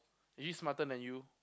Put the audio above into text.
is she smarter than you